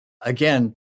again